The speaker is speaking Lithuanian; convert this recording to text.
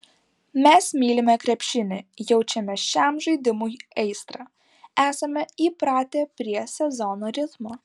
mes mylime krepšinį jaučiame šiam žaidimui aistrą esame įpratę prie sezono ritmo